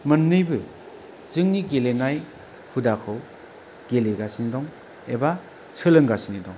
मोन्नैबो जोंनि गेलेनाय हुदाखौ गेलेगासिनो दं एबा सोलोंगासिनो दं